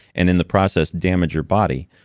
and in the process damage your body.